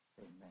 Amen